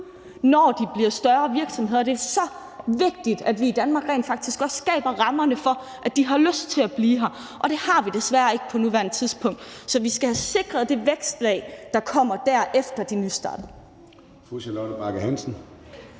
når de bliver større virksomheder. Det er så vigtigt, at vi i Danmark rent faktisk også skaber rammerne for, at de har lyst til at blive her, og det har vi desværre ikke på nuværende tidspunkt. Så vi skal have sikret det vækstlag, der kommer der, efter at de er nystartet.